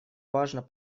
важно